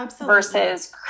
versus